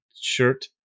shirt